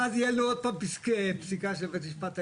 ואז תהיה לי עוד פעם פסיקה של בית משפט עליון,